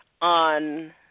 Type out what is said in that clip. on